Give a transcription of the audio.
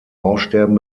aussterben